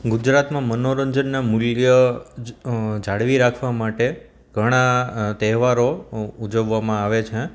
ગુજરાતમાં મનોરંજનના મૂલ્ય જાળવી રાખવા માટે ઘણા તહેવારો ઉજવવામાં આવે છે